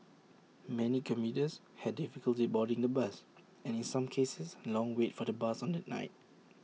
many commuters had difficulty boarding the bus and in some cases long wait for the bus on that night